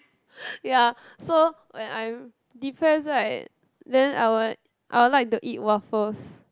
ya so when I'm depressed right then I will I will like to eat waffles